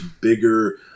bigger